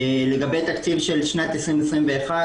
לגבי תקציב של שנת 2021,